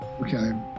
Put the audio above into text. Okay